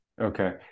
Okay